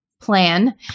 plan